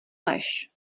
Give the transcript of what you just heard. lež